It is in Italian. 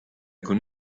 con